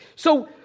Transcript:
so,